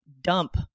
dump